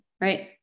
right